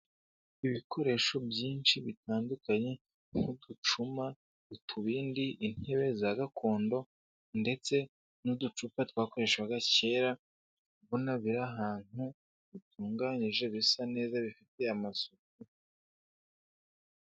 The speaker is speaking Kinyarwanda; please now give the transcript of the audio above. Ibikoresho byinshi bitandukanye, nk'uducuma, utubindi, intebe za gakondo ndetse n'uducupa twakoreshwaga kera, mbona biri ahantu hatunganyije bisa neza, bifite amasuku.